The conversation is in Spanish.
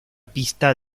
pista